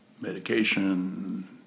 medication